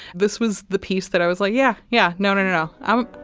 this was the piece that i was like yeah yeah no no no no i'm.